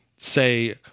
say